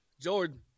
Jordan